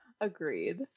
Agreed